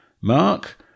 Mark